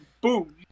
boom